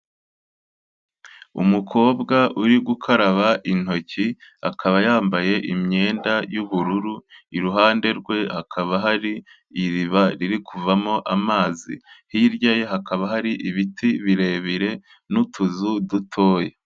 Umukobwa uri gukaraba intoki, akaba yambaye imyenda y'ubururu, iruhande rwe hakaba hari iriba riri kuvamo amazi, hirya ye hakaba hari ibiti birebire n'utuzu dutoya.